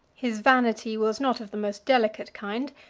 his vanity was not of the most delicate kind,